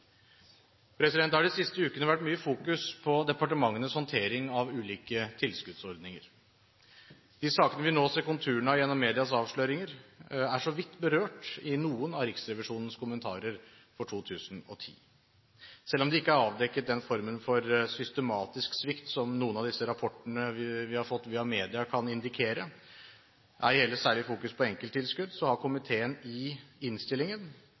Det har de siste ukene vært mye fokus på departementenes håndtering av ulike tilskuddsordninger. De sakene vi nå ser konturene av gjennom medias avsløringer, er så vidt berørt i noen av Riksrevisjonens kommentarer for 2010. Selv om det ikke er avdekket den formen for systematisk svikt som noen av disse rapportene vi har fått via media kan indikere, og ei heller særlig fokus på enkelttilskudd, har komiteen i innstillingen